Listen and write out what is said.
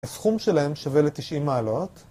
‫הסכום שלהם שווה ל-90 מעלות,